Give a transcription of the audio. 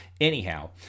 Anyhow